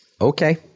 Okay